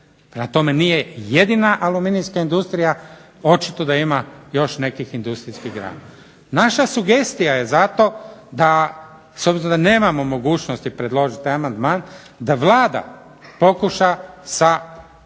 tome, nije jedina aluminijska industrija. Očito da ima još nekih industrijskih grana. Naša sugestija je zato da s obzirom da nemamo mogućnosti predložiti taj amandman da Vlada pokuša sa